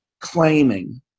claiming